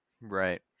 Right